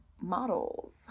models